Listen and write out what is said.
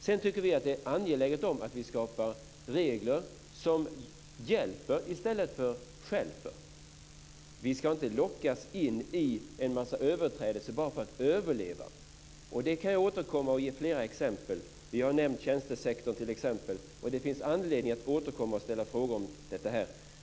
Sedan tycker vi att det är angeläget att skapa regler som hjälper i stället för stjälper. Vi ska inte lockas in i en massa överträdelser bara för att överleva. Här kan jag återkomma med fler exempel. Vi har nämnt t.ex. tjänstesektorn, och det finns anledning att återkomma och ställa frågor om det här.